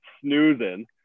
snoozing